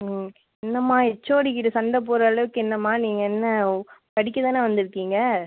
ம் என்னம்மா ஹெச்ஓடி கிட்ட சண்டை போடுகிற அளவுக்கு என்னம்மா நீங்கள் என்ன படிக்கதானே வந்துயிருக்கீங்க